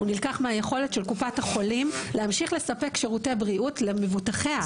הוא נלקח מהיכולת של קופת החולים להמשיך לספק שירותי בריאות למבוטחיה,